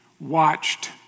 watched